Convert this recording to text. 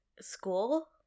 school